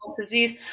disease